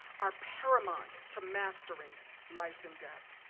are paramount to mastering life and death.